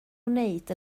wneud